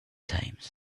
times